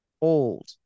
old